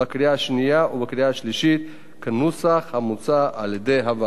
השנייה ובקריאה השלישית בנוסח המוצע על-ידי הוועדה.